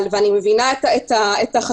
ואני מבינה את החשש,